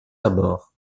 abords